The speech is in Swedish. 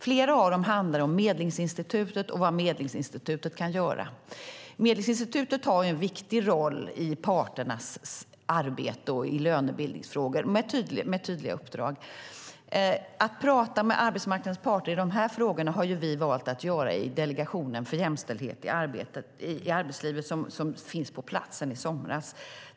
Flera av dem handlar om Medlingsinstitutet och om vad Medlingsinstitutet kan göra. Medlingsinstitutet har en viktig roll i parternas arbete och i lönebildningsfrågor, med tydliga uppdrag. Att prata med arbetsmarknadens parter i de här frågorna har vi valt att göra i Delegationen för jämställdhet i arbetslivet, som finns på plats sedan i somras.